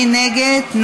מי נגד?